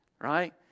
Right